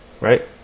right